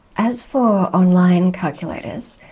as for online calculators,